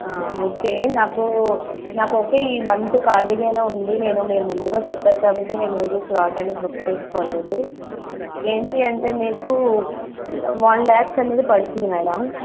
okay నాకు okay ఈ month ఖాళీగా ఉంది నేను మీరు ముందుగా చెప్పారు కాబట్టి నేను ఏది స్లాట్ అనేది బుక్ చేసుకోలేదు ఏంటంటే మీకు వన్ ల్యాక్ అనేది పడుతుంది మేడం